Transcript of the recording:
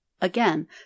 Again